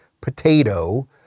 Potato